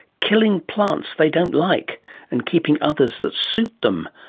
killing plants they don't like and keeping others that suit them,